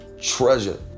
treasure